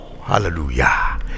Hallelujah